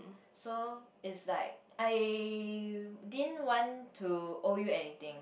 so is like I didn't want to owe you anything